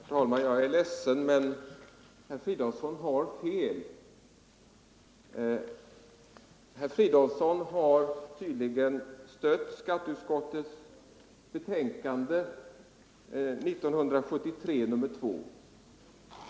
Herr talman! Jag är ledsen, men herr Fridolfsson har fel. Herr Fridolfsson har tydligen stött skatteutskottets betänkande nr 2 år 1973.